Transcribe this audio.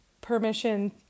permission